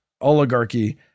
oligarchy